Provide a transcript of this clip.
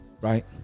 right